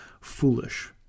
foolish